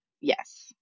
Yes